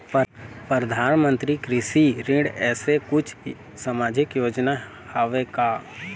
परधानमंतरी कृषि ऋण ऐसे कुछू सामाजिक योजना हावे का?